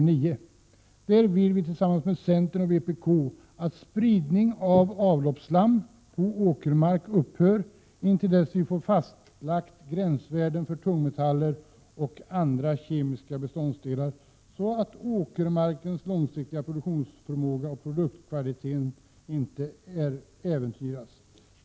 Enligt denna reservation vill vi tillsammans med centern och vpk att spridning av avloppsslam på åkermark upphör intill dess vi fått fastlagt gränsvärden för tungmetaller och andra kemiska beståndsdelar, så att åkermarkens långsiktiga produktionsförmåga och produktkvaliteten inte äventyras.